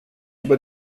über